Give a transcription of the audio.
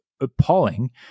appalling